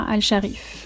Al-Sharif